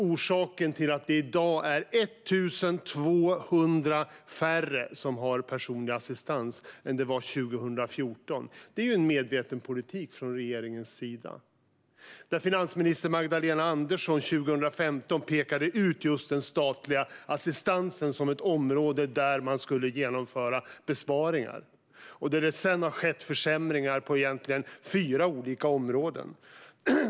Orsaken till att det i dag är 1 200 färre som har personlig assistans än det var 2014 är en medveten politik från regeringens sida. År 2015 pekade finansminister Magdalena Andersson ut just den statliga assistansen som ett område där man skulle genomföra besparingar. Det har sedan skett försämringar på fyra olika områden.